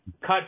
cut